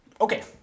Okay